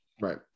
right